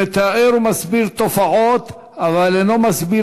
הוא מתאר ומסביר תופעות אבל אינו מסביר